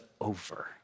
over